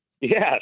Yes